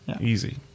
easy